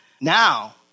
Now